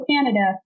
Canada